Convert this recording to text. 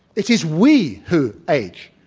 it is we who age.